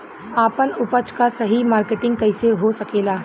आपन उपज क सही मार्केटिंग कइसे हो सकेला?